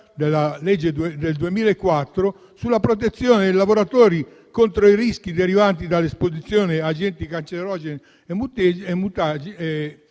della legge del 2004 sulla protezione dei lavoratori contro i rischi derivanti dall'esposizione ad agenti cancerogeni e mutageni